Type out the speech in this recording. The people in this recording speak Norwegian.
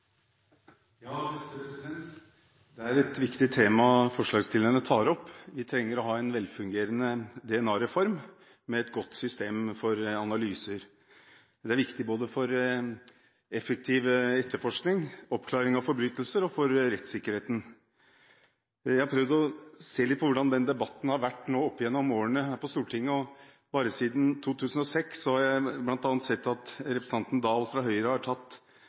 et viktig tema forslagsstillerne tar opp. Vi trenger å ha en velfungerende DNA-reform med et godt system for analyser. Det er viktig både for effektiv etterforskning, for oppklaring av forbrytelser og for rettssikkerheten. Jeg har prøvd å se litt på hvordan denne debatten har vært på Stortinget opp gjennom årene. Bare siden 2006 har jeg sett at representanten Oktay Dahl fra Høyre har tatt